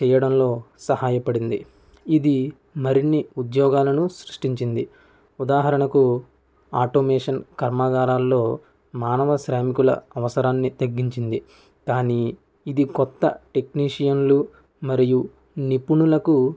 చేయడంలో సహాయపడింది ఇది మరిన్ని ఉద్యోగాలను సృష్టించింది ఉదాహరణకు ఆటోమేషన్ కర్మాగారాల్లో మానవ శ్రామికుల అవసరాన్ని తగ్గించింది కానీ ఇది కొత్త టెక్నీషియన్లు మరియు నిపుణులకు